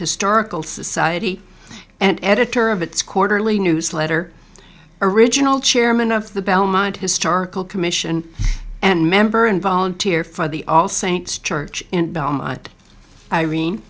historical society and editor of its quarterly newsletter original chairman of the belmont historical commission and member and volunteer for the all saints church in belmont irene